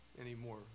anymore